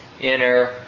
inner